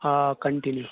آ کَنٹِنیوٗ